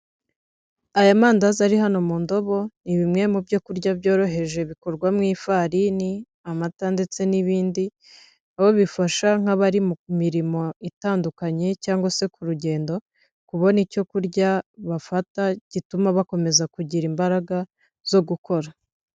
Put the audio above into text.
Aya mandazi ari hano mu ndobo, ni bimwe mu byokurya byoroheje bikorwa mu ifarini, amata ndetse n'ibindi, aho bifasha nk'abari mu ku mirimo itandukanye, cyangwa se ku rugendo kubona icyo kurya bafata gituma bakomeza kugira imbaraga, zo gukora.